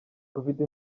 gufite